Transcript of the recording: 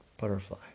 butterfly